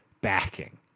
backing